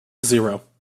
zero